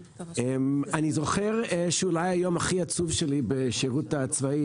אני זוכר שאולי היום הכי עצוב שלי בשירות הצבאי